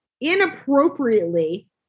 inappropriately